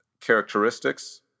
characteristics